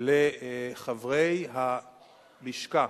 לחברי הלשכה,